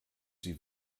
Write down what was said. sie